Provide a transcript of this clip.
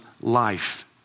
life